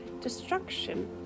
destruction